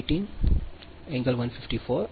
64 ampere